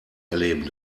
erleben